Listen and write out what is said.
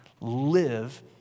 live